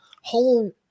whole